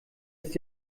ist